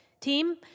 team